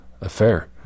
affair